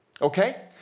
Okay